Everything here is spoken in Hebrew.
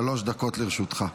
שלוש דקות לרשותך.